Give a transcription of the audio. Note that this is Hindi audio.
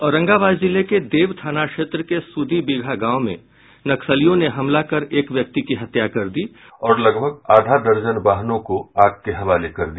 औरंगाबाद जिले के देव थाना क्षेत्र के सुदी बीघा गांव में नक्सलियों ने हमला कर एक व्यक्ति की हत्या कर दी और लगभग आधा दर्जन वाहनों को आग के हवाले कर दिया